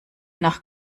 nach